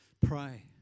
pray